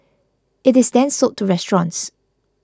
it is then sold to restaurants